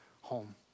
home